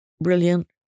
brilliant